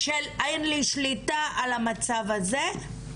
של חוסר שליטה על המצב הזה.